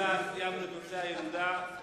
סיימנו את נושא הילודה.